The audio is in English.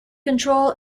control